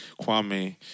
Kwame